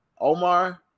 Omar